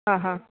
ಹಾಂ ಹಾಂ